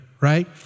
right